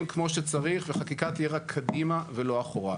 כמו שצריך וחקיקה תהיה רק קדימה ולא אחורה.